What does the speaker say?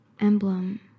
emblem